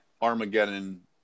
Armageddon